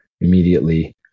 immediately